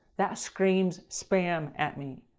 that screams spam at me.